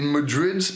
Madrid